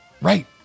right